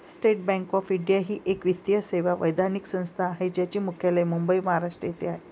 state bank of India ही एक वित्तीय सेवा वैधानिक संस्था आहे ज्याचे मुख्यालय मुंबई, महाराष्ट्र येथे आहे